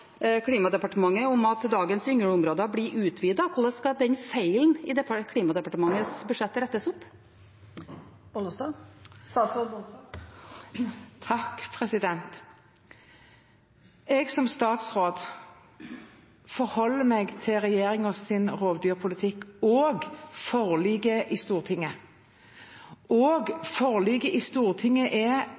Klimadepartementet om at dagens yngleområder blir utvidet? Hvordan skal den feilen i Klimadepartementets budsjett rettes opp? Jeg som statsråd forholder meg til regjeringens rovdyrpolitikk og forliket i Stortinget, og forliket i Stortinget er